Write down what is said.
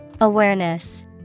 Awareness